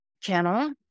channel